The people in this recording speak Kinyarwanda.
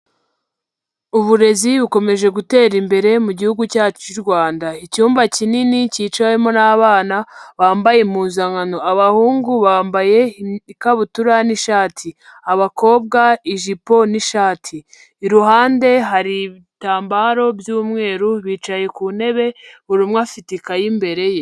Uburezi bukomeje gutera imbere mu gihugu cyacu cy'u Rwanda. Icyumba kinini cyicawemo n'abana bambaye impuzankano. Abahungu bambaye ikabutura n'ishati. Abakobwa ijipo n'ishati. Iruhande hari ibitambaro by'umweru, bicaye ku ntebe, buri umwe afite ikayi imbere ye.